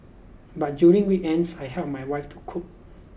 but during weekends I help my wife to cook